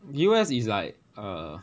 U_S is like err